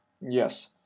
Yes